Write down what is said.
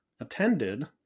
attended